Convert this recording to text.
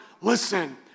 listen